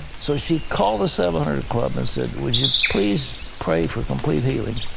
so she called the seven hundred club and said, would you please pray for complete healing.